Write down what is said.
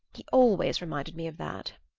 he always reminded me of that.